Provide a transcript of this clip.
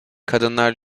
kadınlar